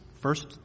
first